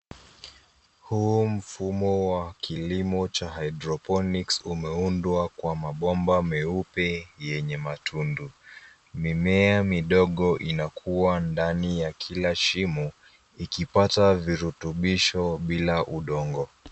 Huu mfumo wa kilimo cha hydroponics umeudwa kwa mabomba meupe yenye matundu. Mimea midogo inakuwa ndani ya kila shimo ikipata virutubisho bila udongo.